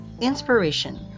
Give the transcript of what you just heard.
inspiration